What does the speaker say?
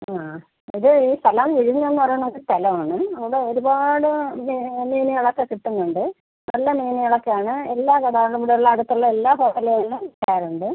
ആ ഇത് സ്ഥലം വിഴിഞ്ഞം എന്ന് പറയണ ഒരു സ്ഥലമാണ് അവിടെ ഒരുപാട് ഇത് മീനുകളൊക്കെ കിട്ടുന്നുണ്ട് നല്ല മീനുകളൊക്കെ ആണ് എല്ലാ കടകളിലും ഇവിടെ ഉള്ള അടുത്തുള്ള എല്ലാ ഹോട്ടലുകളിലും പോവാറുണ്ട്